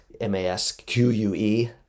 M-A-S-Q-U-E